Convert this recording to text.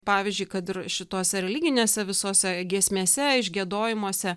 pavyzdžiui kad ir šitose religinėse visose giesmėse išgiedojimuose